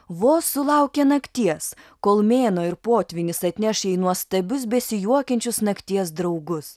vos sulaukė nakties kol mėnuo ir potvynis atneš jai nuostabius besijuokiančius nakties draugus